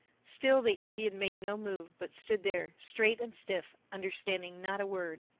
still the indian made no move but stood there, straight and stiff, understanding not a word.